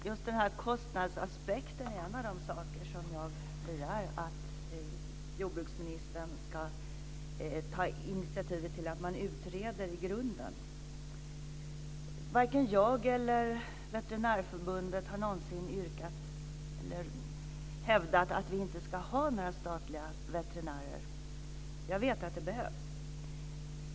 Fru talman! Just kostnadsaspekten är en av de saker som jag begär att jordbruksministern ska ta initiativ till att utreda i grunden. Varken jag eller Veterinärförbundet har någonsin hävdat att vi inte ska ha några statliga veterinärer. Jag vet att de behövs.